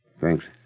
Thanks